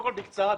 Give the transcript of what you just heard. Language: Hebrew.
בקצרה.